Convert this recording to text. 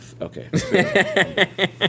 Okay